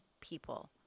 people